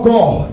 God